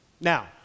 Now